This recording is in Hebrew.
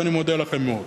ואני מודה לכם מאוד.